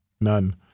None